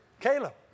Caleb